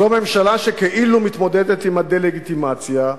זו ממשלה שכאילו מתמודדת עם הדה-לגיטימציה,